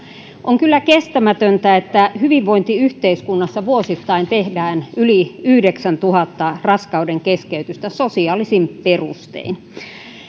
on kyllä kestämätöntä että hyvinvointiyhteiskunnassa tehdään vuosittain yli yhdeksäntuhannen raskauden keskeytystä sosiaalisin perustein